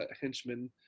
henchmen